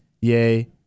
yay